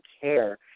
care